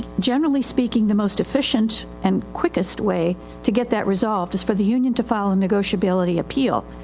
generally speaking the most efficient and quickest way to get that resolved is for the union to file a negotiability appeal.